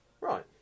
Right